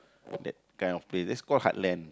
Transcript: that kind of place that's call heartland